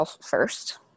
first